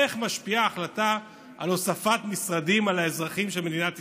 איך משפיעה החלטה על הוספת משרדים על האזרחים של מדינת ישראל.